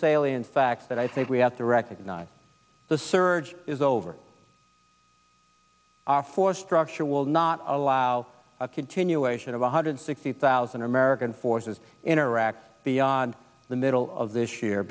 salient facts that i think we have to recognize the surge is over our force structure will not allow a continuation of one hundred sixty thousand american forces in iraq beyond the middle of this year